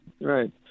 right